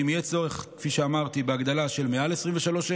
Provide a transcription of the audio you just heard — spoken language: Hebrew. ואם יהיה צורך בהגדלה של מעל 23,000,